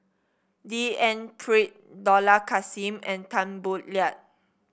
D N Pritt Dollah Kassim and Tan Boo Liat